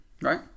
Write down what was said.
right